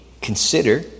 consider